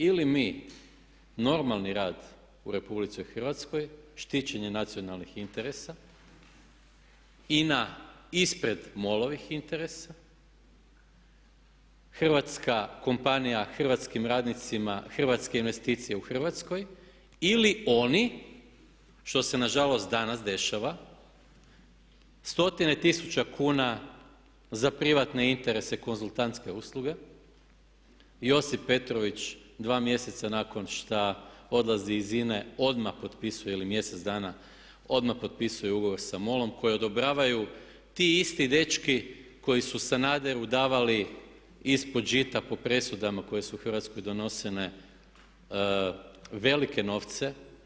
Ili mi, normalni rad u RH, štićenje nacionalnih interesa, INA ispred MOL-ovih interesa, hrvatska kompanija hrvatskim radnicima, hrvatske investicije u Hrvatskoj, ili oni, što se nažalost danas dešava, stotine tisuća kuna za privatne interese i konzultantske usluge, Josip Petrović 2 mjeseca nakon što odlazi iz INA-e odmah potpisuje ili mjesec dana odmah potpisuje ugovor sa MOL-om koji odobravaju ti isti dečki koji su Sanaderu davali ispod žita po presudama koje su u Hrvatskoj donosile velike novce.